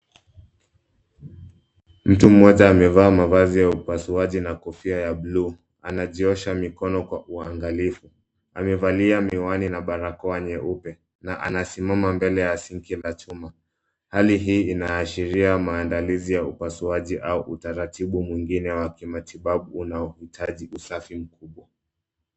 Mtu mmoja amevaa mavazi ya upasuaji na kofia ya buluu. Anajiosha mikono kwa uangalifu amevalia miwani na barakoa nyeupe na anasimama mbele ya sinki la chuma. Hali hii inaashiria maandalizi ya upasuaji au utaratibu mwingine wa kimatibabu unaohitaji usafi mkubwa.